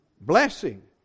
Blessing